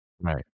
right